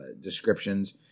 descriptions